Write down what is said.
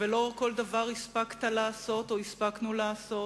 ולא כל דבר הספקת לעשות או הספקנו לעשות,